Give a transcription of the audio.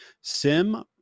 Sim